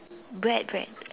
bread bread